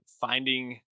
finding